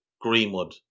Greenwood